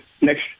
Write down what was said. next